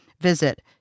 Visit